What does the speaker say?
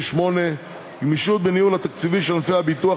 28 (גמישות בניהול התקציבי של ענפי הביטוח